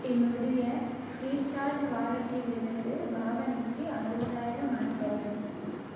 என்னுடைய ஃப்ரீசார்ஜ் வாலட்டிலிருந்து பாவனிக்கு அறுபதாயிரம் அனுப்பவும்